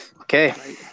Okay